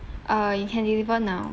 uh you can deliver now